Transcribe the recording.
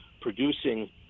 producing